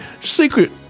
Secret